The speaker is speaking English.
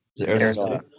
Arizona